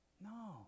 No